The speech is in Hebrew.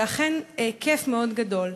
זה אכן כיף מאוד גדול